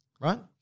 right